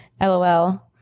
LOL